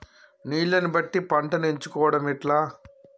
నీళ్లని బట్టి పంటను ఎంచుకోవడం ఎట్లా?